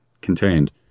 contained